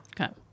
Okay